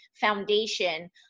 foundation